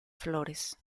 flores